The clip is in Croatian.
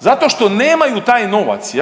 zato što nemaju taj novac.